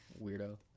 Weirdo